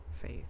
faith